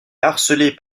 harcelé